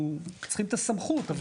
אנחנו צריכים את הסמכות.